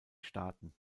staaten